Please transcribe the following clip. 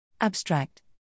Abstract